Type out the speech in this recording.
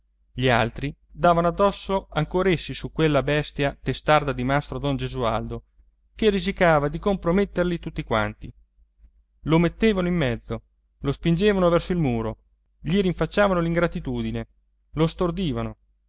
gli altri davano addosso ancor essi su quella bestia testarda di mastro don gesualdo che risicava di comprometterli tutti quanti lo mettevano in mezzo lo spingevano verso il muro gli rinfacciavano l'ingratitudine lo